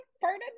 Pardon